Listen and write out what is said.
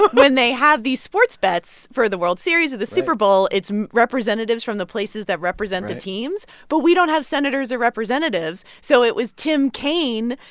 but when they have these sports bets for the world series or the super bowl, it's representatives from the places that represent the teams right but we don't have senators or representatives. so it was tim kaine,